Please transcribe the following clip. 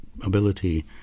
ability